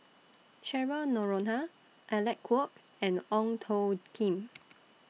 Cheryl Noronha Alec Kuok and Ong Tjoe Kim